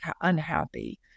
unhappy